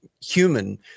human